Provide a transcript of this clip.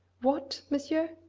what, monsieur?